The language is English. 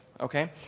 okay